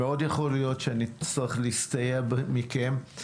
מאוד יכול להיות שנצטרך להסתייע בכם.